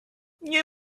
nie